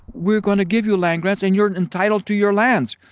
we're going to give you land grants and you're entitled to your lands.